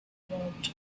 about